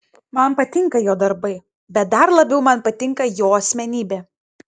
man patinka jo darbai bet dar labiau man patinka jo asmenybė